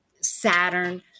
Saturn